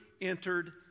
entered